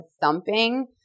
thumping